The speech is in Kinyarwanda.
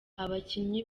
abakinnyi